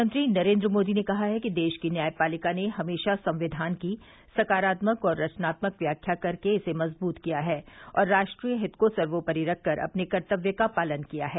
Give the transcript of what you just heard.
प्रधानमंत्री नरेन्द्र मोदी ने कहा है कि देश की न्यायपालिका ने हमेशा संक्यिान की सकारात्मक और रचनात्मक व्याख्या कर इसे मजबूत किया है और राष्ट्रीय हित को सर्वोपरि रखकर अपने कर्तव्य का पालन किया है